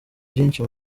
byinshi